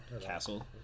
castle